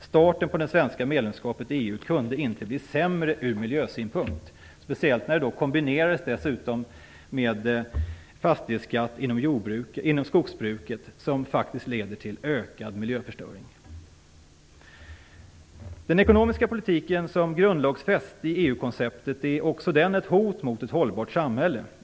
Starten för det svenska medlemskapet i EU kunde inte bli sämre från miljösynpunkt - speciellt som det hela dessutom kombinerades med fastighetsskatt inom skogsbruket, som faktiskt leder till en ökad miljöförstöring. konceptet är också den ett hot mot ett hållbart samhälle.